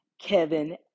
Kevin